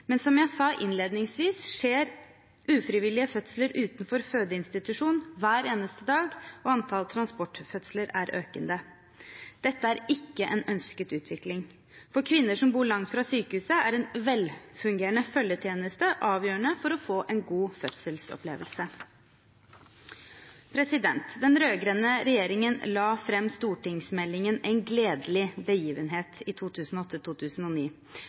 Men som jeg sa innledningsvis, skjer ufrivillige fødsler utenfor fødeinstitusjon hver eneste dag, og antall transportfødsler er økende. Dette er ikke en ønsket utvikling. For kvinner som bor langt fra sykehuset, er en velfungerende følgetjeneste avgjørende for å få en god fødselsopplevelse. Den rød-grønne regjeringen la fram St.meld. nr. 12 for 2008–2009, En gledelig begivenhet.